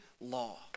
law